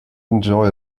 enjoy